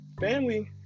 family